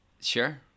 Sure